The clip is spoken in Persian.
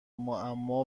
معما